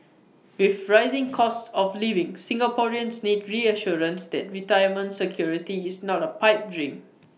with rising costs of living Singaporeans need reassurance that retirement security is not A pipe dream